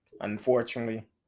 unfortunately